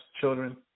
children